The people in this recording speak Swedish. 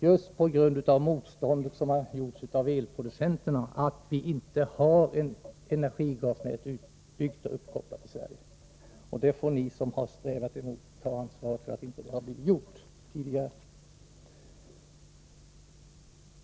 Just på grund av elproducenternas motstånd har vi inte fått något naturgasnät utbyggt i Sverige, och ni som strävat emot får ta ansvar för att det inte har blivit gjort tidigare.